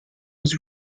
was